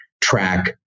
track